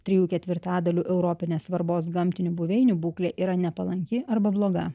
trijų ketvirtadalių europinės svarbos gamtinių buveinių būklė yra nepalanki arba bloga